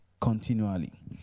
continually